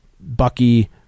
Bucky